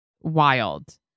Wild